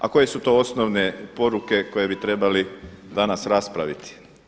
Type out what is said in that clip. A koje su to osnovne poruke koje bi trebali danas raspraviti?